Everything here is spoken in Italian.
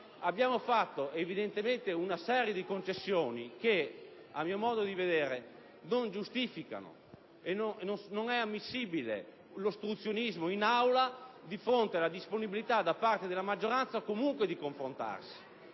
abbiamo fatto, evidentemente, una serie di concessioni che, a mio modo di vedere, non giustificano e rendono inammissibile l'ostruzionismo in Aula di fronte alla disponibilità da parte della maggioranza a confrontarsi